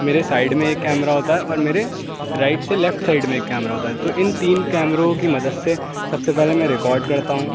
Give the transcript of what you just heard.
میرے سائڈ میں ایک کیمرہ ہوتا ہے اور میرے رائٹ سے لفٹ سائڈ میں ایک کیمرہ ہوتا ہے تو ان تین کیمروں کی مدد سے سب سے پہلے میں ریکارڈ کرتا ہوں